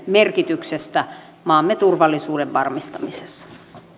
merkityksestä maamme turvallisuuden varmistamisessa